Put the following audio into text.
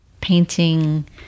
painting